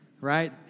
right